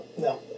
No